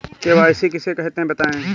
KYC किसे कहते हैं बताएँ?